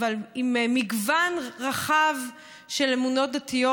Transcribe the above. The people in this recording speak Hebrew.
אבל עם מגוון רחב של אמונות דתיות,